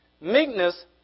Meekness